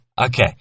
Okay